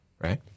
right